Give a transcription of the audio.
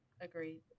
Agreed